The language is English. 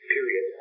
Period